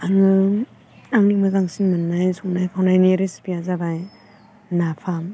आङो आंनि मोजांसिन मोन्नाय संनाय खावनायनि रेसिपि या जाबाय नाफाम